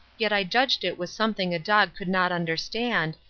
yet i judged it was something a dog could not understand,